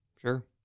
Sure